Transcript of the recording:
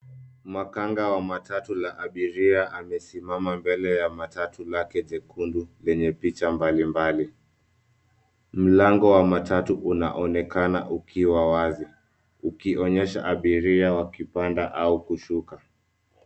Makanga wa watatu la abiria amesimama mbele ya matatu lake jekundu lenye picha mbalimbali. Mlango wa matatu unaonekana ukiwa wazi, ukionyesha abiria wakipanda au kushuka.